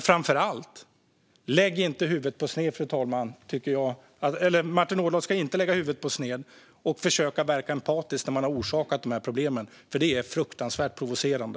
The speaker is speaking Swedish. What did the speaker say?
Framför allt ska Martin Ådahl inte lägga huvudet på sned och försöka verka empatisk när man har orsakat de här problemen. Det är fruktansvärt provocerande.